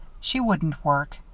she wouldn't work.